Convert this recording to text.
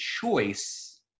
choice